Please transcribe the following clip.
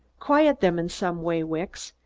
quiet them in some way, wicks!